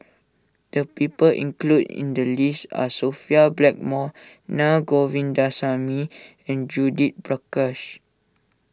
the people included in the list are Sophia Blackmore Naa Govindasamy and Judith Prakash